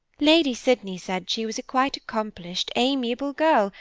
lady sydney said she was a quiet, accomplished, amiable girl,